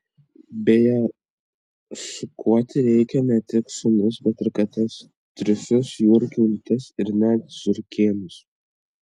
beje šukuoti reikia ne tik šunis bet ir kates triušius jūrų kiaulytes ir net žiurkėnus